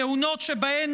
כהונות שבהן